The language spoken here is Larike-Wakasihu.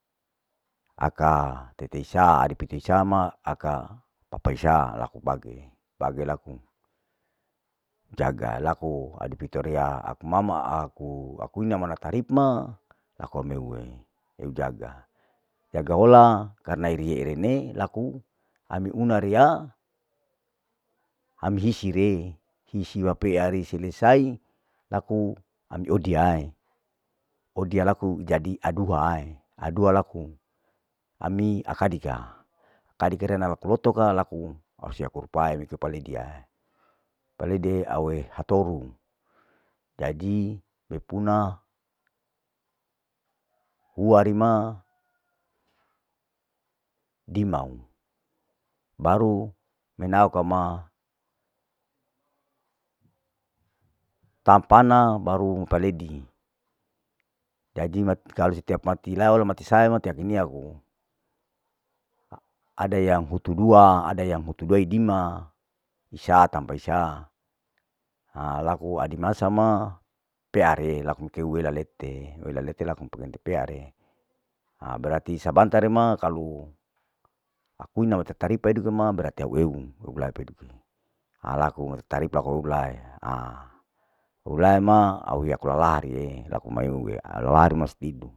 Aka tete isaa adipito isaa ma aka papaei saa laku bage, riya laku jaga laku adipito riya aku mama aku, aku ina mana tarip ma aku ameue, eu jaga, jaga hola karna irie rene laku ami una riya ami hisire, hisi wapea ri selesai laku ami odiai, odia laku ijadi aduhae, adua laku ami akadika, kadi kireana laku loto ka laku mansia kurpae laku paledia, lapedi aueu hatoru, jadi ame puna huari ma dimau, baru menau kama tapana baru mupaledi, jadi mati kalu sitea mati laol mati saa mati aku nia ku, ada yang hutu dua, ada yg hutu duadadima, isaa tanpa isaa ha laku adi masa ma peare re laku keu wela lete, wela lete laku pulente peare, aa jadi sabantare ma kalu aku ina metertaripa eduke ma berarti au eue au lae peduke, laku taripae aku lae au lae ma au riya aku lalarie laku mastidue.